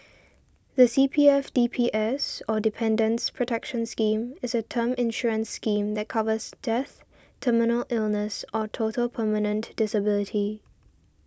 the C P F D P S or Dependants' Protection Scheme is a term insurance scheme that covers death terminal illness or total permanent disability